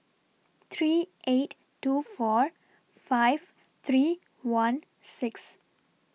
three eight two four five three one six